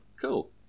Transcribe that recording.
cool